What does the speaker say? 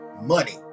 money